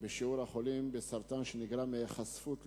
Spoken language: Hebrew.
בשיעור החולים בסרטן שנגרם מהיחשפות לאזבסט.